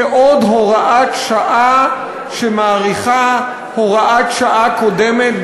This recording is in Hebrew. כעוד הוראת שעה שמאריכה הוראת שעה קודמת,